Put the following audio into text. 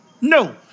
No